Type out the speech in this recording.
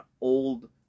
old